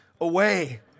away